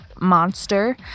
monster